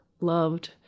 loved